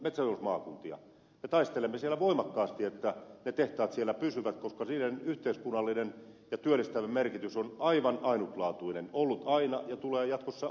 me taistelemme siellä voimakkaasti että ne tehtaat siellä pysyvät koska niiden yhteiskunnallinen ja työllistävä merkitys on aivan ainutlaatuinen ollut aina ja tulee jatkossa olemaan